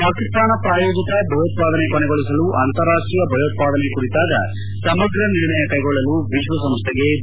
ಪಾಕಿಸ್ತಾನ ಪ್ರಾಯೋಜಿತ ಭಯೋತ್ವಾದನೆ ಕೊನೆಗೊಳಿಸಲು ಅಂತಾರಾಷ್ಷೀಯ ಭಯೋತ್ವಾದನೆ ಕುರಿತಾದ ಸಮಗ್ರ ನಿರ್ಣಯ ಕ್ಷೆಗೊಳ್ಲಲು ವಿಶ್ವಸಂಸ್ನೆಗೆ ಭಾರತ ಕರೆ